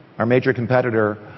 our major competitor,